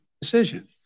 Decision